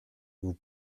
vous